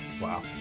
wow